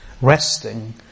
Resting